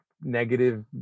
negative